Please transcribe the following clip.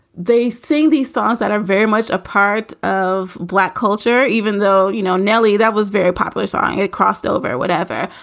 they sing these songs that are very much a part of black culture, even though, you know, nelly, that was very popular song. it crossed over whatever.